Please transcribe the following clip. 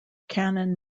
cannon